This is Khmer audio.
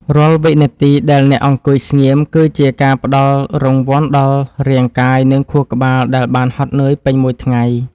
រាល់វិនាទីដែលអ្នកអង្គុយស្ងៀមគឺជាការផ្តល់រង្វាន់ដល់រាងកាយនិងខួរក្បាលដែលបានហត់នឿយពេញមួយថ្ងៃ។